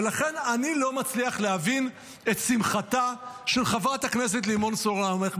ולכן אני לא מצליח להבין את שמחתה של חברת הכנסת לימור סון הר מלך.